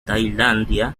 tailandia